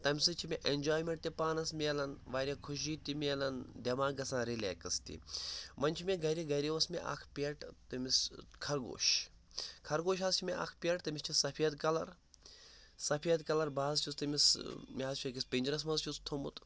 تَمہِ سۭتۍ چھِ مےٚ اٮ۪نجایم۪نٛٹ تہِ پانَس مِلان واریاہ خوشی تہِ مِلان دٮ۪ماغ گژھان رِلیکٕس تہِ وۄنۍ چھِ مےٚ گَرِ گَری اوس مےٚ اَکھ پٮ۪ٹ تٔمِس خرگوش خرگوش حظ چھِ مےٚ اَکھ پٮ۪ٹ تٔمِس چھِ سفید کَلَر سفید کَلَر بہٕ حظ چھُس تٔمِس مےٚ حظ چھُ أکِس پِنٛجرَس منٛز چھُ سُہ تھوٚمُت